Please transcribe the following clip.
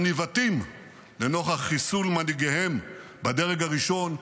הם נבעתים לנוכח חיסול מנהיגיהם בדרג הראשון,